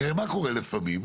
הרי מה קורה לפעמים?